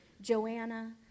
Joanna